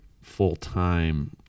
full-time